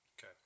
Okay